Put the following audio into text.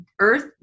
earth